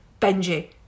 Benji